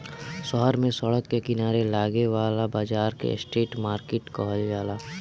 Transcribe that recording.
शहर में सड़क के किनारे लागे वाला बाजार के स्ट्रीट मार्किट कहल जाला